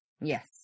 Yes